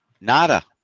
nada